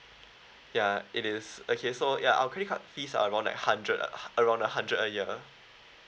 ya it is okay so ya our credit card fees are around like hundred uh around a hundred a year